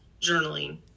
journaling